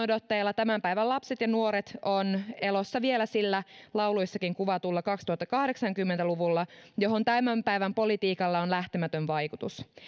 nykyisellä eliniänodotteella tämän päivän lapset ja nuoret ovat elossa vielä sillä lauluissakin kuvatulla kaksituhattakahdeksankymmentä luvulla johon tämän päivän politiikalla on lähtemätön vaikutus